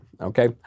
okay